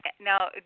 Now